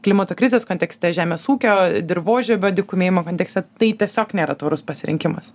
klimato krizės kontekste žemės ūkio dirvožemio dykumėjimo kontekste tai tiesiog nėra tvarus pasirinkimas